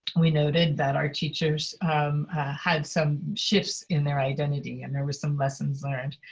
we noted that our teachers had some shifts in their identity, and there was some lessons learned.